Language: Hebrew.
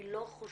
אני לא חושבת